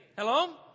Hello